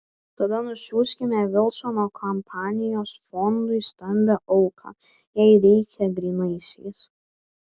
tada nusiųskime vilsono kampanijos fondui stambią auką jei reikia grynaisiais